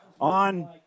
on